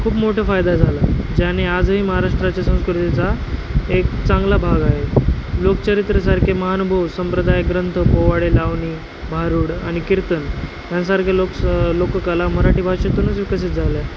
खूप मोठे फायदा झाला ज्याने आजही महाराष्ट्राच्या संस्कृतीचा एक चांगला भाग आहे लोकचरित्रसारखे महानुभाव संप्रदाय ग्रंथ पोवाडे लावणी भारुड आणि कीर्तन यांसारखे लोकसन लोककला मराठी भाषेतूनच विकसित झाल्या